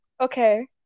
Okay